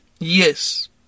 Yes